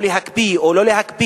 או להקפיא או לא להקפיא,